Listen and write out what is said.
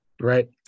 Right